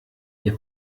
ihr